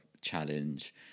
challenge